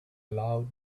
loud